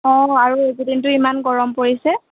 অঁ আৰু এইকেইদিনতো ইমান গৰম পৰিছে